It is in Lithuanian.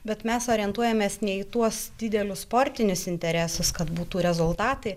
bet mes orientuojamės ne į tuos didelius sportinius interesus kad būtų rezultatai